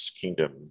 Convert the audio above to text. kingdom